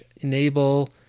enable